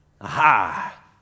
Aha